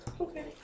Okay